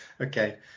Okay